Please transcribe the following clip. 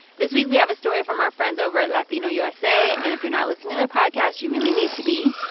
this week, we have a story from our friends over at latino usa. and if you're not listening to their podcast, you really need to be.